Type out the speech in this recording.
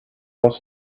was